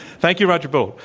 thank you, roger bootle.